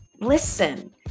listen